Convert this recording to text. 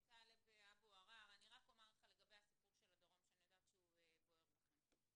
אני רק אומר לך לגבי הסיפור של הדרום שאני יודעת שהוא בוער בכם,